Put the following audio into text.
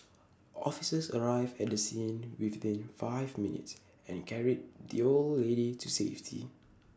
officers arrived at the scene within five minutes and carried the old lady to safety